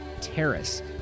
Terrace